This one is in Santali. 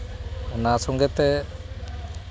ᱚᱱᱟ ᱥᱚᱸᱜᱮ ᱛᱮ